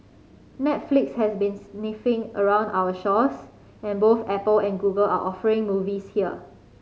Netflix has been sniffing around our shores and both Apple and Google are offering movies here